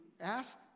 ask